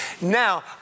Now